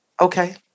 Okay